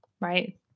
right